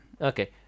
Okay